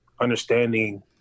understanding